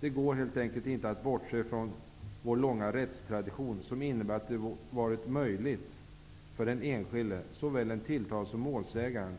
Det går helt enkelt inte att bortse från vår långa rättstradition, som innebär att det varit möjligt för den enskilde, såväl den tilltalade som målsäganden,